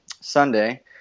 Sunday